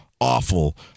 awful